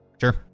sure